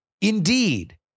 indeed